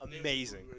Amazing